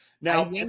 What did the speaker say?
now